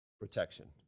protection